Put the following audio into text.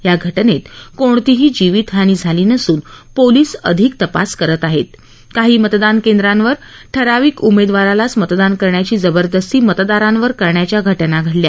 या घटनेत कोणतीही जिवित हानी झाली नसून पोलिस अधिक तपास करत आहेत काही मतदान केंद्रावर ठराविक उमेदवारालाच मतदान करण्याची जबरदस्ती मतदारांवर करण्याच्या घटना घडल्या